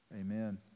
Amen